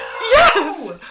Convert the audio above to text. Yes